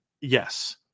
Yes